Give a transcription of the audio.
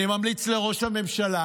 אני ממליץ לראש הממשלה